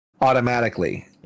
automatically